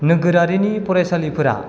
नोगोरारिनि फरायसालिफोरा